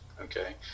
okay